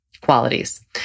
qualities